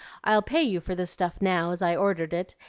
i'll pay you for this stuff now, as i ordered it,